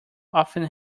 often